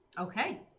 Okay